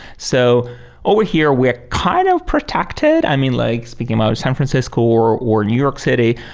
so over here, we're kind of protected. i mean, like speaking about san francisco or or new york city,